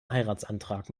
heiratsantrag